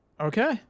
Okay